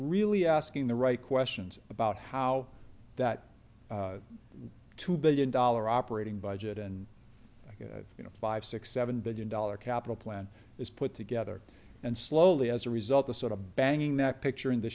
really asking the right questions about how that two billion dollar operating budget and you know five six seven billion dollar capital plan is put together and slowly as a result the sort of banging that picturing the